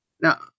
Now